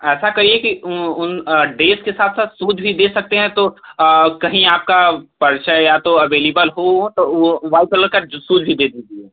ऐसा करिए कि उन ड्रेस के साथ साथ सूज भी दे सकते हैं तो कहीं आपका परिचय या तो अविलेबल हो तो वो वाइट कलर का सूज भी दे दीजिए